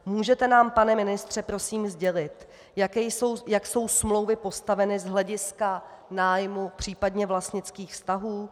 Můžete nám, pane ministře, prosím sdělit, jak jsou smlouvy postaveny z hlediska nájmu, případně vlastnických vztahů?